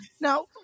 Now